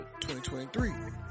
2023